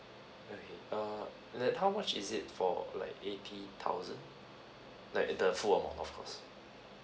okay err then how much is it for like eighty thousand like the full amount of course